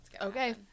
Okay